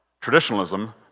traditionalism